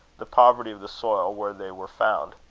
the poverty of the soil where they were found.